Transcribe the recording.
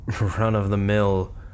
run-of-the-mill